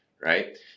right